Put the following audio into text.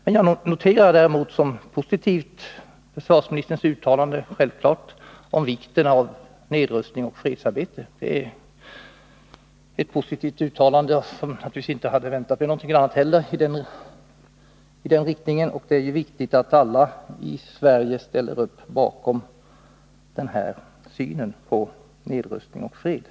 Jag noterar däremot självfallet som positivt försvarsministerns uttalande om vikten av nedrustning och fredsarbete. Det är ett positivt uttalande. Jag hade naturligtvis inte heller väntat mig någonting annat i den riktningen. Det är viktigt att alla i Sverige sluter upp bakom den här synen på nedrustning och fred.